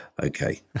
okay